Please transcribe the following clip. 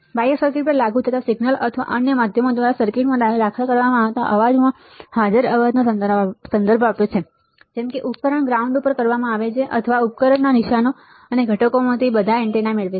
બાહ્ય સર્કિટ પર લાગુ થતા સિગ્નલ અથવા અન્ય માધ્યમો દ્વારા સર્કિટમાં દાખલ કરવામાં આવતા અવાજમાં હાજર અવાજનો સંદર્ભ આપે છે જેમ કે ઉપકરણ ગ્રાઉન્ડ પર કરવામાં આવે છે અથવા ઉપકરણમાંના નિશાનો અને ઘટકોમાંથી ઘણા બધા એન્ટેના મેળવે છે